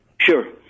Sure